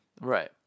right